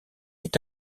est